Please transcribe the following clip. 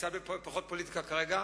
פחות פוליטיקה כרגע,